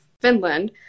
Finland